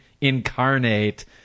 incarnate